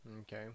Okay